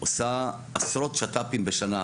עושה עשרות שת"פים בשנה,